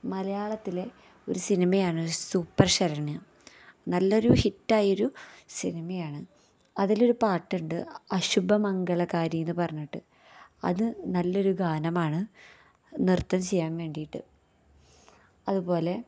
മലയാളത്തിലെ ഒരു സിനിമയാണൊരു സൂപ്പര് ശരണ്യ നല്ലൊരു ഹിറ്റായൊരു സിനിമയാണ് അതിലൊരു പാട്ടുണ്ട് അശുഭമംഗളകാരിയെന്ന് പറഞ്ഞിട്ട് അത് നല്ലൊരു ഗാനമാണ് നൃത്തം ചെയ്യാൻ വേണ്ടിയിട്ട് അതുപോലെ